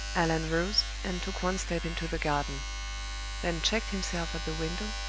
allan rose, and took one step into the garden then checked himself at the window,